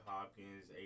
Hopkins